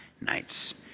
nights